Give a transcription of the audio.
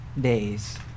days